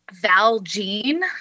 Valjean